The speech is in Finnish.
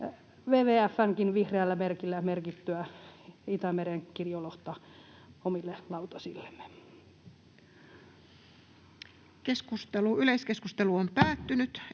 WWF:nkin vihreällä merkillä merkittyä Itämeren kirjolohta omille lautasillemme. [Speech 376]